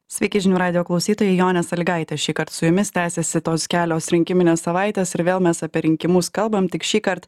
sveiki žinių radijo klausytojai jonė salygaitė šįkart su jumis tęsiasi tos kelios rinkiminės savaitės ir vėl mes apie rinkimus kalbam tik šįkart